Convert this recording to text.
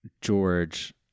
George